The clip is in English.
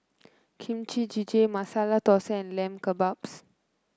Kimchi Jjigae Masala Dosa and Lamb Kebabs